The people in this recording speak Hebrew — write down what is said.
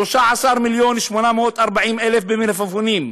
13 מיליון ו-840,000 שקל במלפפונים,